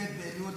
ב' באלול התשפ"ד,